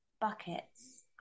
buckets